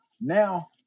Now